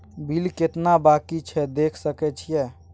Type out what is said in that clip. Bill केतना बाँकी छै देख सके छियै?